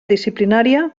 disciplinària